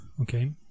okay